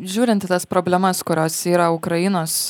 žiūrint į tas problemas kurios yra ukrainos